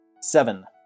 seven